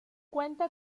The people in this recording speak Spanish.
cuenta